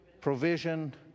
provision